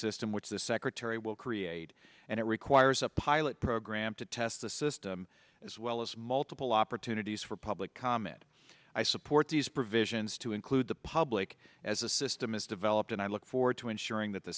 system which the secretary will create and it requires a pilot program to test the system as well as multiple opportunities for public comment i support these provisions to include the public as a system is developed and i look forward to ensuring that the